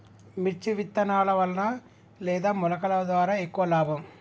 మిర్చి విత్తనాల వలన లేదా మొలకల ద్వారా ఎక్కువ లాభం?